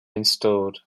installed